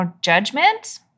judgment